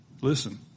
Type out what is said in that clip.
Listen